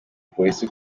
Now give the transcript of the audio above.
polisi